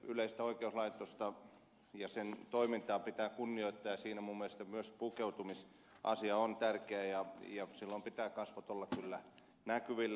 yleistä oikeuslaitosta ja sen toimintaa pitää kunnioittaa ja siinä minun mielestäni myös pukeutumisasia on tärkeä ja silloin pitää kasvojen olla kyllä näkyvillä